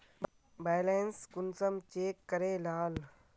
Balance कुंसम check करे लाल?